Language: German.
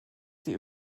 sie